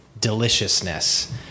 deliciousness